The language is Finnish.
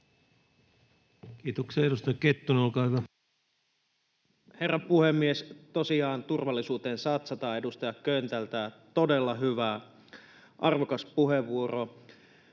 Kiitoksia. — Edustaja Kettunen, olkaa hyvä. Herra puhemies! Tosiaan turvallisuuteen satsataan — edustaja Köntältä todella hyvä, arvokas puheenvuoro.